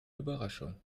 überraschung